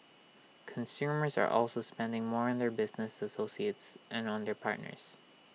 consumers are also spending more on their business associates and on their partners